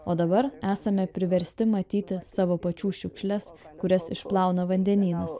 o dabar esame priversti matyti savo pačių šiukšles kurias išplauna vandenynas